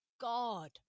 God